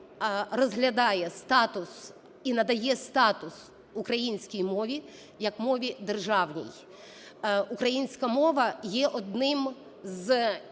розглядає статус і надає статус українській мові як мові державній. Українська мова – є одним з